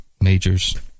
majors